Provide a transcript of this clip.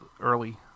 early